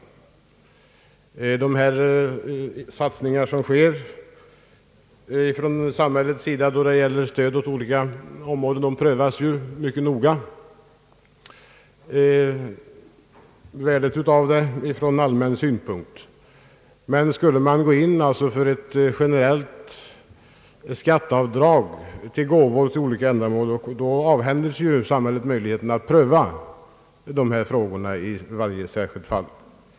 Värdet av de satsningar som görs av samhället då det gäller stöd åt olika områden prövas mycket noga från allmän synpunkt. Men skulle man medge generellt skatteavdrag för gåvor till olika ändamål, skulle samhället avhända sig möjligheten att pröva i varje särskilt fall.